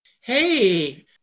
Hey